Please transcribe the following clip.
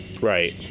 Right